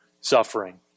suffering